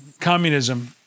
communism